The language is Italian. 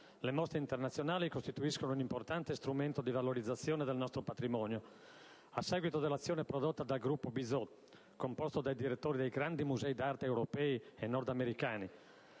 Le mostre internazionali costituiscono un importante strumento di valorizzazione del nostro patrimonio. A seguito dell'azione prodotta dal «Gruppo Bizot», composto dai direttori dei grandi musei d'arte europei e nordamericani,